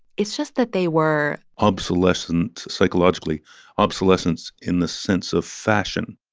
it's just that they were. obsolescent psychologically obsolescence in the sense of fashion,